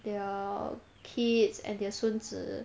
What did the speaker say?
their kids and their 孙子